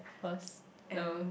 what no